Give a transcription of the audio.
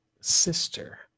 Sister